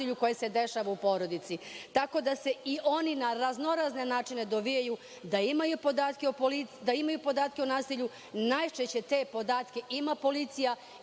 koje se dešava u porodici, tako da se i oni na razno razne načine dovijaju da imaju podatke o nasilju. Najčešće te podatke ima policija